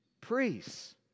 priests